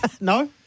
No